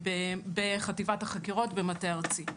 בחטיבת החקירות במטה הארצי.